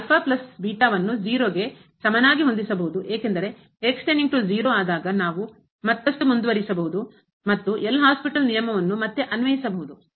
ಅನ್ನು ಗೆ ಸಮನಾಗಿ ಹೊಂದಿಸಬಹುದು ಏಕೆಂದರೆ ಆದಾಗ ನಾವು ಮತ್ತಷ್ಟು ಮುಂದುವರಿಯಬಹುದು ಮತ್ತು ಎಲ್ ಹಾಸ್ಪಿಟಲ್ ನಿಯಮವನ್ನು ಮತ್ತೆ ಅನ್ವಯಿಸಬಹುದು